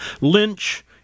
Lynch